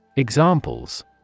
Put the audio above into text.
Examples